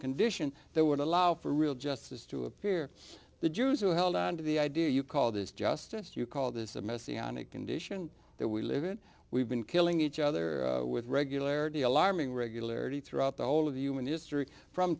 condition that would allow for real justice to appear the jews who held on to the idea you call this justice you call this a messianic condition that we live it we've been killing each other with regularity alarming regularity throughout the whole of human history from